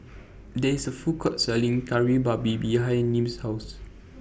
There IS A Food Court Selling Kari Babi behind Nim's House